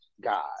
God